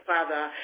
Father